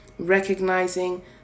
recognizing